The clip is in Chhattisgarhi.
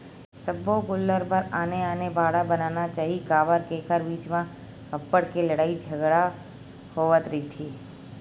सब्बो गोल्लर बर आने आने बाड़ा बनाना चाही काबर के एखर बीच म अब्बड़ के लड़ई झगरा होवत रहिथे